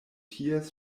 ties